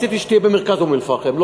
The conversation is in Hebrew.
רציתי שתהיה במרכז אום-אלפחם,